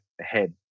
ahead